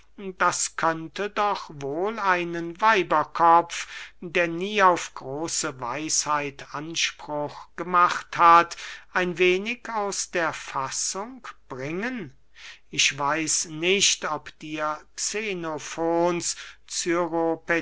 das könnte doch wohl einen weiberkopf der nie auf große weisheit anspruch gemacht hat ein wenig aus der fassung bringen ich weiß nicht ob dir